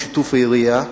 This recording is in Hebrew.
בשיתוף העירייה,